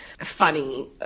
funny